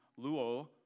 luo